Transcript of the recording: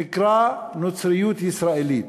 שנקרא נוצריות ישראלית,